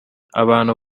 abantu